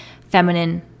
feminine